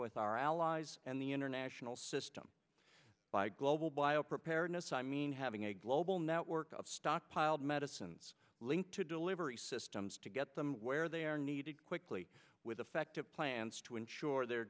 with our allies and the international system by global bio preparedness i mean having a global network of stockpiled medicines linked to delivery systems to get them where they are needed quickly with effective plans to ensure their